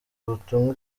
ubutumwa